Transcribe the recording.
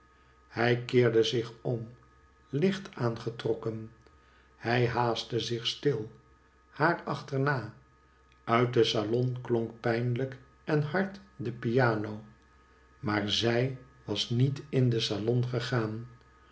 hij keerde zich om licht aangetrokken hij haastte zich stil haar achterna uit den salon klonk pijnlijk en hard de piano maar zi j was niet in den salon gegaan